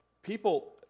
People